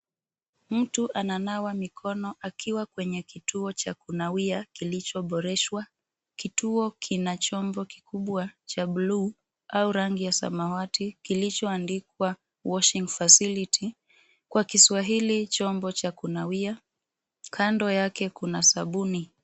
Mtu ananawa mikono akiwa kwenye kituo cha kunawia kilichoboreshwa kituo kinachombo kikubwa cha buluu au rangi ya samawati kilichoandikwa washing facility kwa kiswahili chombo cha kunawia kando yake kuna sabuni